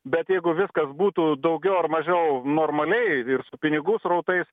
bet jeigu viskas būtų daugiau ar mažiau normaliai ir su pinigų srautais